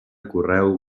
correu